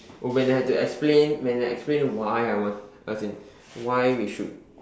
oh when I had to explain when I had to explain why I want as in why we should